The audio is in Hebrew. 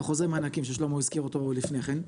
עם חוזה מענקים ששלמה הזכיר אותו עוד לפני כן,